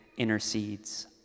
intercedes